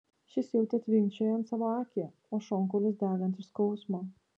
šis jautė tvinkčiojant savo akį o šonkaulius degant iš skausmo